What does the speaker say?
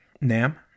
Nam